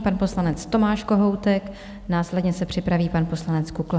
Pan poslanec Tomáš Kohoutek, následně se připraví pan poslanec Kukla.